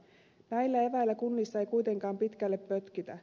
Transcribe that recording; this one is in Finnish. näillä eväillä kunnissa ei kuitenkaan pitkälle pötkitä